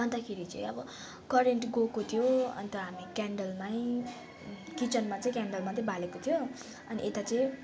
अन्तखेरि चाहिँ अब करेन्ट गएको थियो अन्त हामी क्यान्डलमै किचनमा चाहिँ क्यान्डल मात्रै बालेको थियो अनि यता चाहिँ